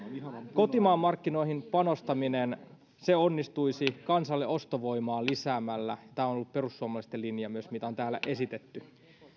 kotimaan markkinoihin panostaminen onnistuisi kansan ostovoimaa lisäämällä tämä on myös ollut perussuomalaisten linja mitä on täällä esitetty